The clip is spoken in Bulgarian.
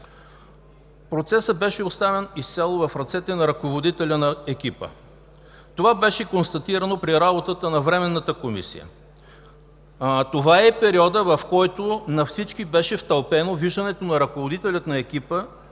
процесът беше оставен изцяло в ръцете на ръководителя на екипа. Това беше констатирано при работата на Временната комисия. Това е периодът, в който на всички беше втълпено виждането на ръководителя на екипа,